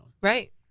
Right